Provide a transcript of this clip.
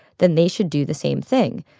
then they should do the same thing.